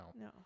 No